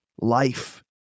life